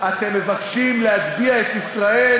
כרגע זה